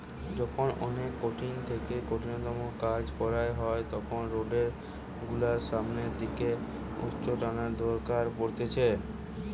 যখন অনেক কঠিন থেকে কঠিনতম কাজ কইরা হয় তখন রোডার গুলোর সামনের দিকে উচ্চটানের দরকার পড়তিছে